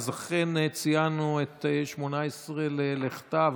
אכן ציינו 18 ללכתה,